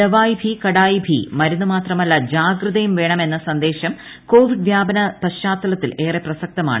ദവായ് ഭി കഡായ് ഭി മരുന്ന് മാത്രമല്ല ജാഗ്രതയും വേണം എന്ന സന്ദേശം കോവിഡ് വ്യാപന പശ്ചാത്തലത്തിൽ ഏറെ പ്രസക്തമാണ്